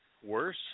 Worse